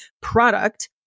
product